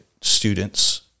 students